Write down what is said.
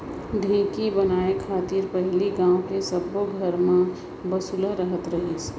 ढेंकी बनाय खातिर पहिली गॉंव के सब्बो घर म बसुला रहत रहिस